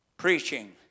Preaching